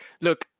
Look